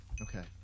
okay